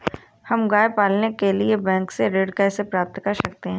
हम गाय पालने के लिए बैंक से ऋण कैसे प्राप्त कर सकते हैं?